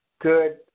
good